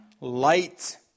light